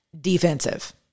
defensive